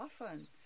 often